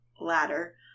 ladder